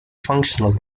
functional